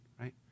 right